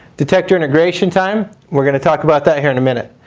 detector integration time we're going to talk about that here in a minute.